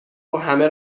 وهمه